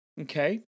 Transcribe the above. okay